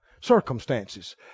circumstances